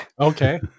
Okay